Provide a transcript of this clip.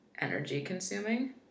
energy-consuming